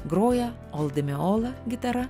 groja ol di meola gitara